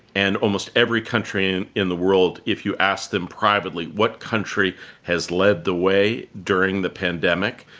and almost every country in in the world if you ask them privately, what country has led the way during the pandemic,